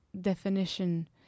definition